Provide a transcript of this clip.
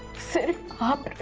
set up